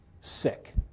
sick